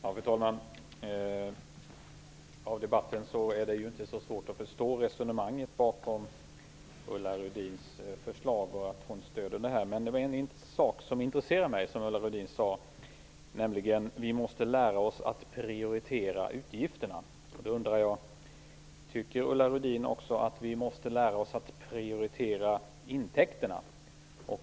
Fru talman! Av debatten att döma är det inte så svårt att förstå resonemanget bakom förslaget och Ulla Rudins stöd för det. Men det var en sak som Ulla Rudins sade som intresserar mig, nämligen att vi måste lära oss att prioritera utgifterna. Då undrar jag: Tycker Ulla Rudin att vi också måste lära oss att prioritera intäkterna?